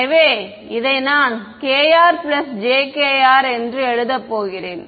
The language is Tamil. எனவே இதை நான் kr jkr என்று எழுதப் போகிறேன்